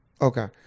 Okay